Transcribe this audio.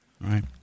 Right